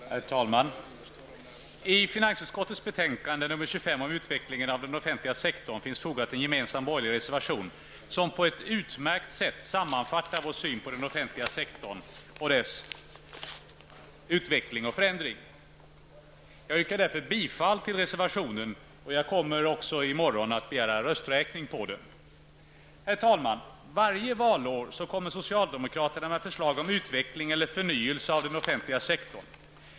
Herr talman! Till finansutskottets betänkande 25 om utveckling av den offentliga sektorn finns fogat en gemensam borgerlig reservation, som på ett utmärkt sätt sammanfattar vår syn på den offentliga sektorn och dess utveckling och förändring. Jag yrkar därför bifall till reservationen, och jag kommer att begära rösträkning på den i morgon. Herr talman! Varje valår kommer socialdemokraterna med förslag om utveckling eller förnyelse av den offentliga sektorn.